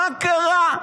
מה קרה?